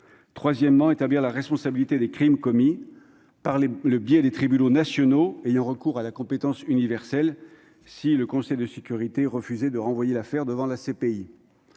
Troisièmement, établir la responsabilité des crimes commis par le biais des tribunaux nationaux ayant recours à la compétence universelle, si le Conseil de sécurité refusait de renvoyer l'affaire devant la Cour